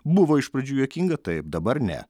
buvo iš pradžių juokinga taip dabar ne